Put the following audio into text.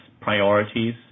priorities